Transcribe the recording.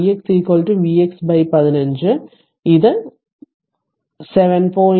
ix vx 15 ഇത് 7